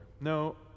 No